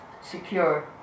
secure